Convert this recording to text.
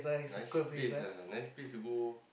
nice place ah nice place to go